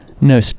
No